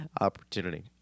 opportunity